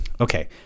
Okay